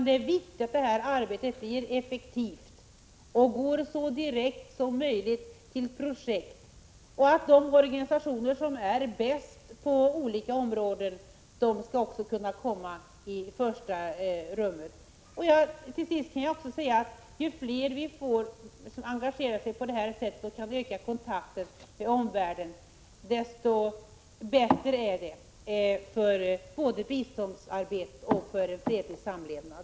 Det viktiga är att arbetet blir effektivt, att pengarna går så direkt som möjligt till projekt och att de organisationer som är bäst på olika områden också skall komma i första rummet. Till sist kan jag också säga att ju fler som engagerar sig på det här sättet och kan öka kontakten med omvärlden, desto bättre är det både för biståndsarbetet och för en fredlig samlevnad.